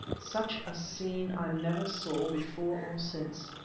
such a scene i never saw before or since.